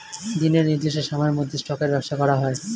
দিনের নির্দিষ্ট সময়ের মধ্যে স্টকের ব্যবসা করা হয়